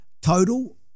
total